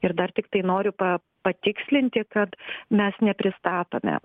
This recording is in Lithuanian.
ir dar tiktai noriu pa patikslinti kad mes nepristatome